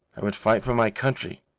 i would fight for my country,